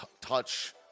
touch